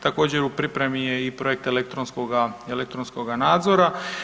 Također u pripremi je i projekt elektronskoga nadzora.